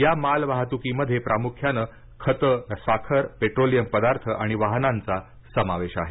या माल वाहतुकीमध्ये प्रामुख्याने खतंसाखरपेट्रोलियम पदार्थ आणि वाहनांचा समावेश आहे